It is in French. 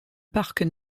parc